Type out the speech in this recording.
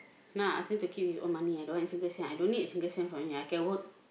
nah I ask him to keep his own money I don't want a single cent I don't need a single cent from him I can work